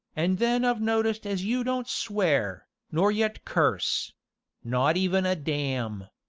an' then i've noticed as you don't swear, nor yet curse not even a damn.